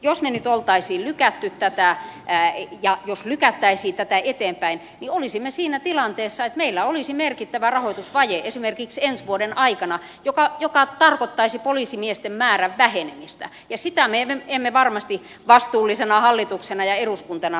jos me nyt olisimme lykänneet tätä ja jos lykättäisiin tätä eteenpäin olisimme siinä tilanteessa että meillä olisi merkittävä rahoitusvaje esimerkiksi ensi vuoden aikana joka tarkoittaisi poliisimiesten määrän vähenemistä ja sitä me emme varmasti vastuullisena hallituksena ja eduskuntana halua tehdä